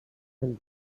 and